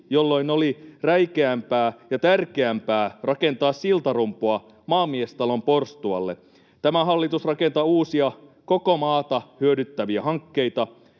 jolloin oli räikeämpää ja tärkeämpää rakentaa siltarumpua maamiestalon porstualle. Tämä hallitus rakentaa uusia, koko maata hyödyttäviä hankkeita,